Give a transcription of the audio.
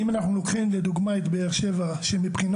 אם אנחנו לוקחים לדוגמה את באר שבע שמבחינה